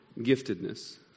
giftedness